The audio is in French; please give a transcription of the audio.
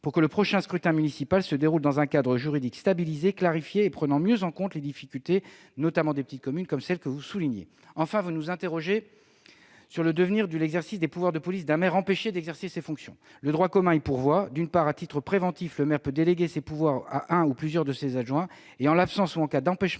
pour que le prochain scrutin municipal se déroule dans un cadre juridique stabilisé, clarifié et prenant mieux en compte les difficultés des élus, notamment des petites communes. Enfin, vous nous interrogez sur le devenir de l'exercice des pouvoirs de police d'un maire empêché d'exercer ses fonctions. Le droit commun y pourvoit. D'une part, à titre préventif, le maire peut déléguer ses pouvoirs à un ou plusieurs de ses adjoints et, en l'absence ou en cas d'empêchement